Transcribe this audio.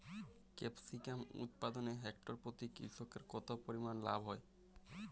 Capsicum উৎপাদনে hectare প্রতি কৃষকের কত পরিমান লাভ হয়?